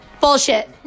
Bullshit